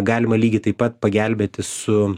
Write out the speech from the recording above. galima lygiai taip pat pagelbėti su